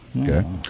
Okay